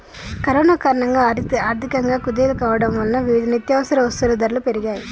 corona కారణంగా ఆర్థికంగా కుదేలు కావడం వలన వివిధ నిత్యవసర వస్తువుల ధరలు పెరిగాయ్